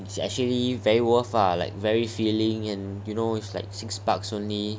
it's actually very worth ah like very willing and you know its like six bucks